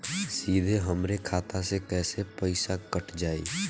सीधे हमरे खाता से कैसे पईसा कट जाई?